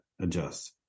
adjust